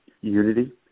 unity